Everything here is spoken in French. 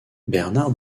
bernard